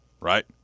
right